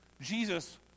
Jesus